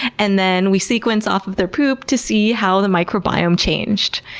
and then we sequence off of their poop to see how the microbiome changed.